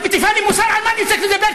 את מטיפה לי מוסר על מה אני צריך לדבר,